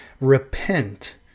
Repent